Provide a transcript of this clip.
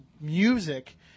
music